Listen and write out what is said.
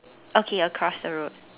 okay across the road